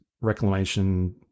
reclamation